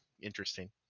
interesting